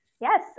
Yes